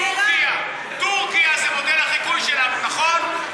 טורקיה, טורקיה זה מודל החיקוי שלנו, נכון?